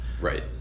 right